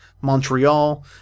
montreal